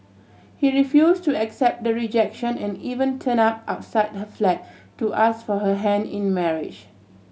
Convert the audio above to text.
he refuse to accept the rejection and even turned up outside her flat to ask for her hand in marriage